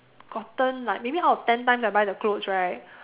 gotten like maybe out of ten times I buy the clothes right